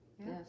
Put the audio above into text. yes